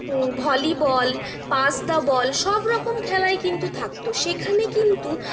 volleyball pass the ball সবরকম খেলাই কিন্তু থাকত সেখানে কিন্তু